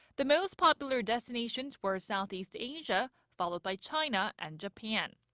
the most popular destinations were southeast asia followed by china and japan.